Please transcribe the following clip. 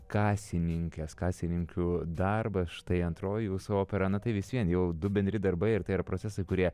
kasininkės kasininkių darbas štai antroji jūsų opera na tai vis vien jau du bendri darbai ir tai yra procesai kurie